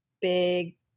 big